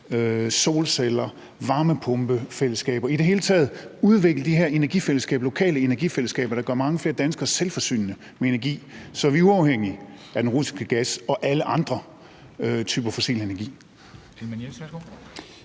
solcelleanlæg og varmepumpefællesskaber og i det hele taget udvikle de her lokale energifællesskaber, der gør mange flere danskere selvforsynende med energi? Så er vi uafhængige af den russiske gas og alle andre typer fossil energi.